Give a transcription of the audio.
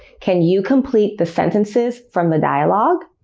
can you complete the sentences from the dialogue?